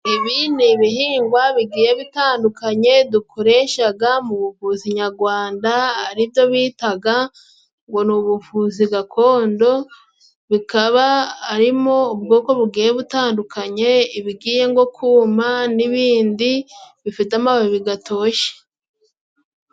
Ibi ni ibihingwa bigiye bitandukanye dukoreshaga mu buvuzi nyagwanda ari byo bitaga ngo ni ubuvuzi gakondo, bikaba arimo ubwoko bugiye butandukanye, ibigiye ngo kuma n'ibindi bifite amababi gatoshye.